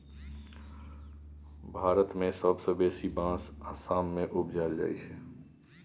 भारत मे सबसँ बेसी बाँस असम मे उपजाएल जाइ छै